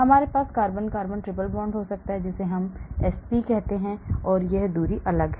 हमारे पास carbon carbon triple bond हो सकता है जिसे हम sp कहते हैं वह दूरी अलग है